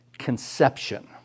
conception